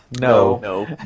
No